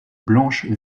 blanche